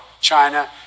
China